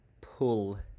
pull